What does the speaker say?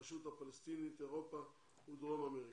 הרשות הפלסטינית, אירופה ודרום אמריקה.